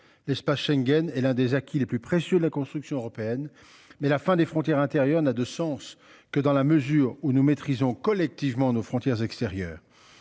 L'espace Schengen et l'un des acquis les plus précieux de la construction européenne, mais la fin des frontières intérieures n'a de sens que dans la mesure où nous maîtrisons collectivement nos frontières extérieures,